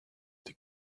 die